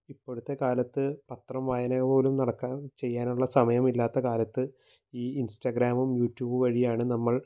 ഇപ്പോഴത്തെ കാലത്ത് പത്രം വായന പോലും നടക്കാൻ ചെയ്യാനുള്ള സമയമില്ലാത്ത കാലത്ത് ഈ ഇൻസ്റ്റഗ്രാമും യൂറ്റൂബും വഴിയാണ് നമ്മൾ